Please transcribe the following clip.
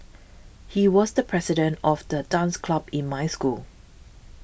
he was the president of the dance club in my school